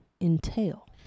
entail